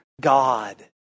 God